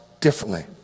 differently